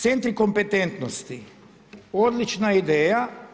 Centri kompetentnosti, odlična ideja.